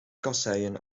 kasseien